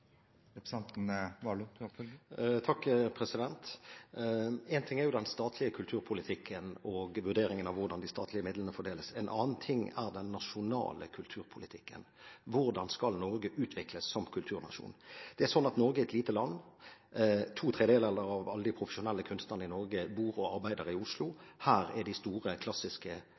ting er den statlige kulturpolitikken og vurderingen av hvordan de statlige midlene fordeles. En annen ting er den nasjonale kulturpolitikken – hvordan skal Norge utvikles som kulturnasjon? Norge er et lite land. To tredjedeler av alle de profesjonelle kunstnerne i Norge bor og arbeider i Oslo. Her er de store klassiske